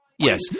Yes